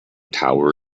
tower